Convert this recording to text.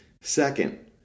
Second